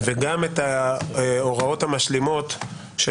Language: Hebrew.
וגם את ההוראות המשלימות של